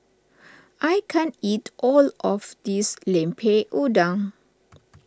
I can't eat all of this Lemper Udang